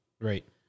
Right